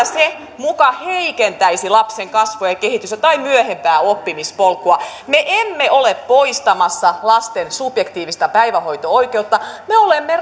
se muka heikentäisi lapsen kasvua ja kehitystä tai myöhempää oppimispolkua me emme ole poistamassa lasten subjektiivista päivähoito oikeutta me olemme